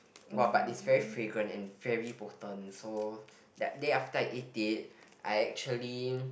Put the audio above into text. !wah! but it's very fragrant and very potent so that day after I ate it I actually